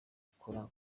gukora